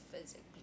physically